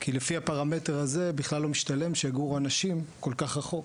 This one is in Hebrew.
כי לפי הפרמטר הזה בכלל לא משתלם שיגורו אנשים כל כך רחוק.